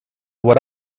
what